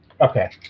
Okay